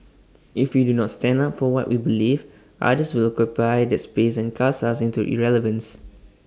if we do not stand up for what we believe others will occupy that space and cast us into irrelevance